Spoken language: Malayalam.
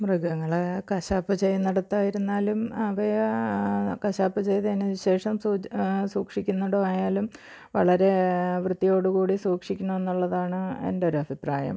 മൃഗങ്ങളെ കശാപ്പ് ചെയ്യുന്നിടത്തായിരുന്നാലും അവയെ കശാപ്പ് ചെയ്തതിനുശേഷം സൂ സൂക്ഷിക്കുന്നിടമായാലും വളരെ വൃത്തിയോട് കൂടി സൂക്ഷിക്കണം എന്നുള്ളതാണ് എൻ്റെ ഒരു അഭിപ്രായം